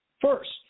first